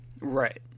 Right